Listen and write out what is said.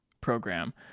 program